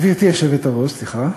גברתי היושבת-ראש, סליחה.